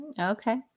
okay